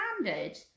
standard